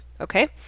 okay